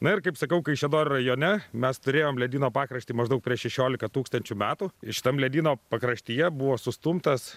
na ir kaip sakau kaišiadorių rajone mes turėjom ledyno pakraštį maždaug prieš šešiolika tūkstančių metų šitam ledyno pakraštyje buvo sustumtas